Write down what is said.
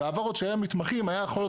בעבר עוד כשהיו מתמחים היה יכול להיות